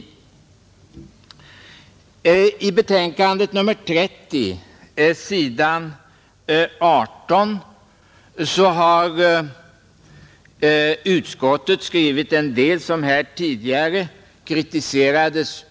I finansutskottets betänkande nr 30, s. 18, har utskottet skrivit något som herr Bohman tidigare har kritiserat här.